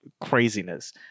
craziness